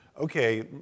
okay